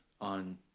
on